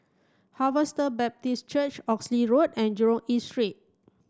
Harvester Baptist Church Oxley Road and Jurong East Street